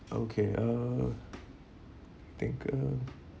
okay uh think uh